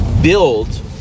build